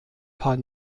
paar